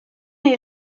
les